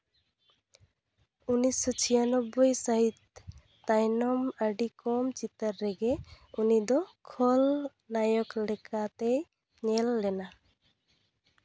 ᱩᱱᱤᱥ ᱥᱚ ᱪᱷᱤᱭᱟᱱᱳᱵᱵᱳᱭ ᱥᱟᱹᱦᱤᱛ ᱛᱟᱭᱱᱚᱢ ᱟᱹᱰᱤ ᱠᱚᱢ ᱪᱤᱛᱟᱹᱨ ᱨᱮᱜᱮ ᱩᱱᱤᱫᱚ ᱠᱷᱚᱞ ᱱᱟᱭᱚᱠ ᱞᱮᱠᱟᱛᱮᱭ ᱧᱮᱞ ᱞᱮᱱᱟ